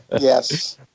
Yes